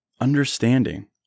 Understanding